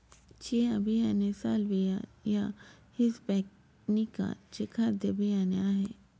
chia बियाणे salvia या hispanica चे खाद्य बियाणे आहे